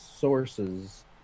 Sources